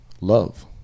love